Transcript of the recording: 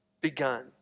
begun